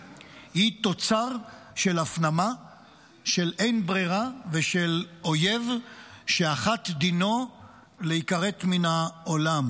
היא תוצר של הפנמה של אין ברירה ושל אויב שאחת דינו להיכרת מן העולם,